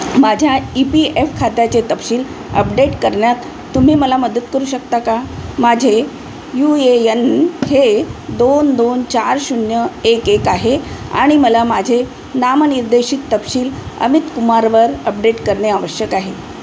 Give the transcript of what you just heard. माझ्या E P F खात्याचे तपशील अपडेट करण्यात तुम्ही मला मदत करू शकता का माझे यू ए यन हे दोन दोन चार शून्य एक एक आहे आणि मला माझे नामनिर्देशित तपशील अमित कुमारवर अपडेट करणे आवश्यक आहे